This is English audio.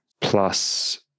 Plus